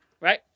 Right